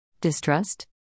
Distrust